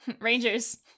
Rangers